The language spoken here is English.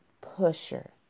pusher